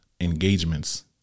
engagements